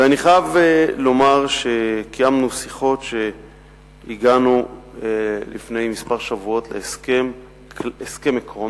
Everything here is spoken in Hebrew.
אני חייב לומר שקיימנו שיחות והגענו לפני כמה שבועות להסכם עקרונות,